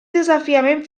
desafiament